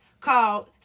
called